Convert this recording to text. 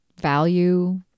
value